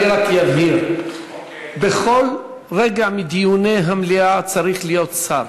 אני רק אבהיר: בכל רגע מדיוני המליאה צריך להיות שר.